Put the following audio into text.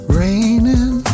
raining